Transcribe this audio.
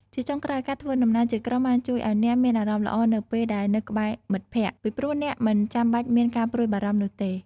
ជាចុងក្រោយ ការធ្វើដំណើរជាក្រុមបានជួយឱ្យអ្នកមានអារម្មណ៍ល្អនៅពេលដែលនៅក្បែរមិត្តភក្តិ ពីព្រោះអ្នកមិនចាំបាច់មានការព្រួយបារម្ភនោះទេ។